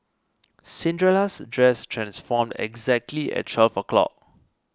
Cinderella's dress transformed exactly at twelve o' clock